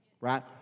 right